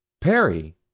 perry